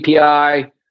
API